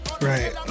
Right